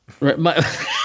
Right